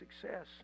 success